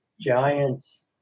Giants